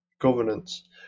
governance